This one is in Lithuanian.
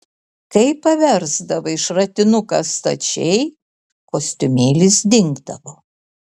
kai paversdavai šratinuką stačiai kostiumėlis dingdavo